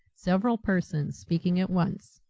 several persons speaking at once.